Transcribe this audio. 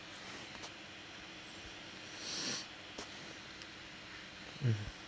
mm